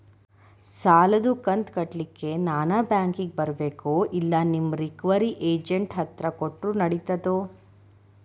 ಸಾಲದು ಕಂತ ಕಟ್ಟಲಿಕ್ಕೆ ನಾನ ಬ್ಯಾಂಕಿಗೆ ಬರಬೇಕೋ, ಇಲ್ಲ ನಿಮ್ಮ ರಿಕವರಿ ಏಜೆಂಟ್ ಹತ್ತಿರ ಕೊಟ್ಟರು ನಡಿತೆತೋ?